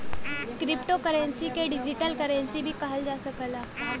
crypto currency के digital currency भी कहल जा सकला